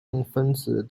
分子